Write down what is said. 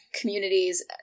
communities